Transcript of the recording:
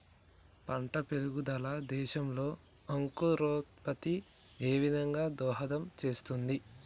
పంట పెరుగుదల దశలో అంకురోత్ఫత్తి ఏ విధంగా దోహదం చేస్తుంది?